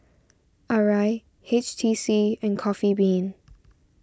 Arai H T C and Coffee Bean